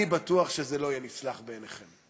אני בטוח שזה לא יהיה נסלח בעיניכם.